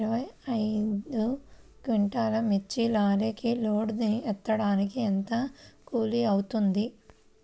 ఇరవై ఐదు క్వింటాల్లు మిర్చి లారీకి లోడ్ ఎత్తడానికి ఎంత కూలి అవుతుంది?